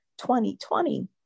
2020